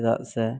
ᱪᱮᱫᱟᱜ ᱥᱮ